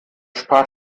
spart